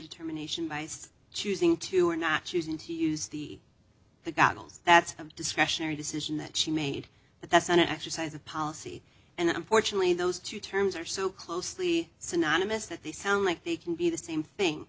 determination by so choosing to or not choosing to use the the goggles that's of discretionary decision that she made but that's an exercise of policy and unfortunately those two terms are so closely synonymous that they sound like they can be the same thing